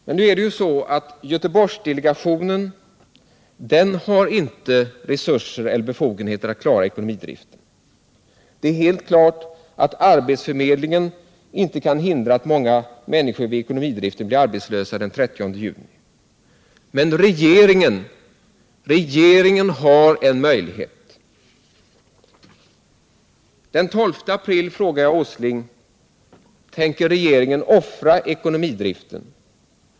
Men nu är det ju så att Göteborgsdelegationen inte har resurser eller befogenheter att klara ekonomidriften. Det är helt klart att arbetsförmedlingen inte kan hindra att många människor vid ekonomidriften blir arbetslösa den 30 juni. Men regeringen har en möjlighet. 59 Den 12 april frågade jag herr Åsling: Tänker regeringen offra ekonomidriften?